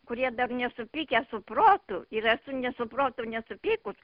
kurie dar nesupykę su protu ir esu nesuprotu ir nesupykus